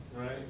right